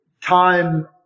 Time